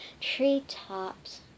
treetops